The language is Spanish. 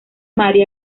mary